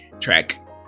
track